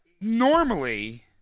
Normally